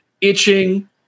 itching